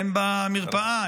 הן במרפאה,